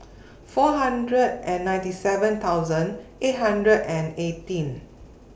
four hundred and ninety seven thousand eight hundred and eighteen